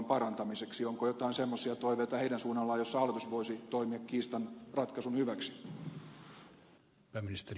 onko joitain semmoisia toiveita heidän suunnallaan joissa hallitus voisi toimia kiistan ratkaisun hyväksi